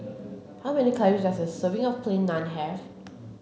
how many calories does a serving of plain naan have